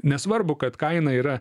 nesvarbu kad kaina yra